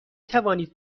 توانید